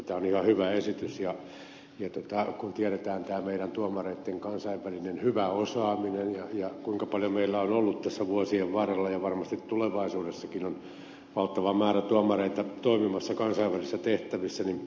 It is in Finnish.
tämä on ihan hyvä esitys kun tiedetään meidän tuomareidemme kansainvälinen hyvä osaaminen kuinka paljon meillä on ollut tässä vuosien varrella ja varmasti tulevaisuudessakin on valtava määrä tuomareita toimimassa kansainvälisissä tehtävissä